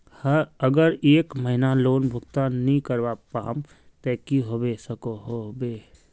अगर हर महीना लोन भुगतान नी करवा पाम ते की होबे सकोहो होबे?